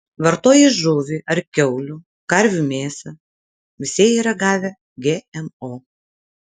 vartoji žuvį ar kiaulių karvių mėsą visi jie yra gavę gmo